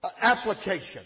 application